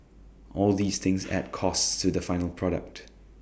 all these things add costs to the final product